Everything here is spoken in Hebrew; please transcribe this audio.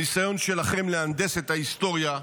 הניסיון שלכם להנדס את ההיסטוריה שקוף,